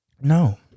No